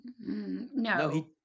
No